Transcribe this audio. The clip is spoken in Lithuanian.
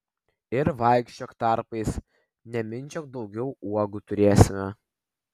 ir vaikščiok tarpais nemindžiok daugiau uogų turėsime